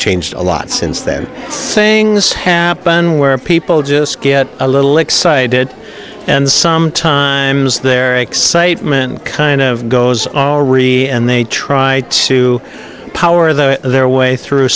changed a lot since then saying happen where people just get a little excited and sometimes they're excitement kind of goes all really and they try to power the their way through